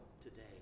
today